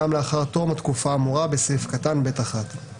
גם לאחר תום התקופה האמורה בסעיף קטן (ב)(1).".